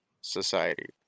society